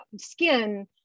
skin